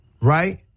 right